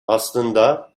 aslında